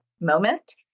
moment